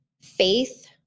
faith